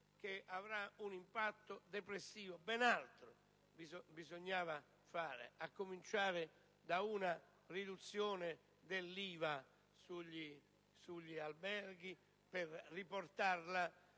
che avrà un impatto depressivo. Ben altro bisognava fare, a cominciare da una riduzione dell'IVA sugli alberghi per riportarla